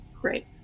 Great